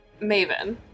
Maven